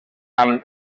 amb